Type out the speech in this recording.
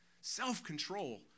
Self-control